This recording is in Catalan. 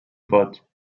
pot